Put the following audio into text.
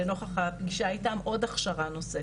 לנוכח הפגישה איתם עוד הכשרה נוספת,